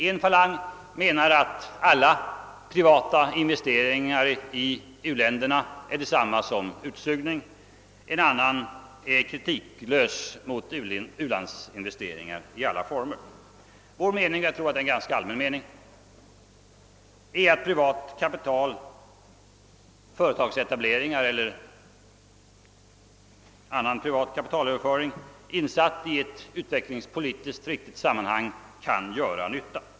En falang menar att alla privata investeringar i u-länderna är detsamma som utsugning, en annan är kritiklös mot u-landsinvesteringar i alla former. Vi inom mittenpartierna har den meningen och jag tror att den är ganska allmän — att privat kapital, företagsetablering eller annan privat kapitalöverföring insatt i ett utvecklingspolitiskt riktigt sammanhang, kan göra nytta.